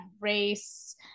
race